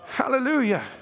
Hallelujah